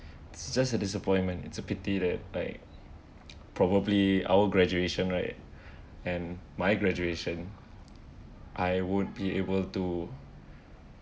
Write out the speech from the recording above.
it's just a disappointment it's a pity that like probably our graduation right and my graduation I won't be able to